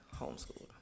homeschooled